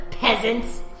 Peasants